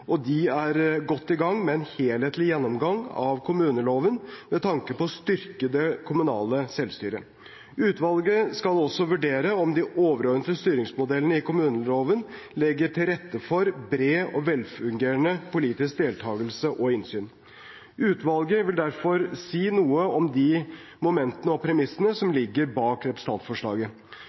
og utvalget er godt i gang med en helhetlig gjennomgang av kommuneloven med tanke på å styrke det kommunale selvstyret. Utvalget skal også vurdere om de «overordnede styringsmodellene i kommuneloven legger til rette for bred og velfungerende politisk deltagelse og innsyn». Utvalget vil derfor si noe om de momentene og premissene som ligger bak representantforslaget.